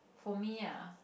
for me ya